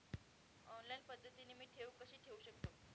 Online पद्धतीने मी ठेव कशी ठेवू शकतो?